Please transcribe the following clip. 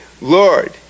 Lord